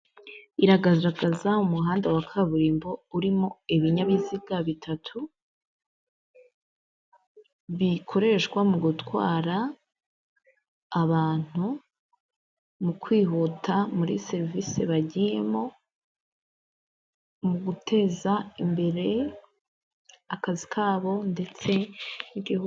Iragaragaza umuhanda wa kaburimbo urimo ibinyabiziga bitatu, bikoreshwa mu gutwara abantu, mu kwihuta muri serivisi bagiyemo, mu guteza imbere akazi kabo ndetse n'igihugu.